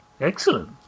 Excellent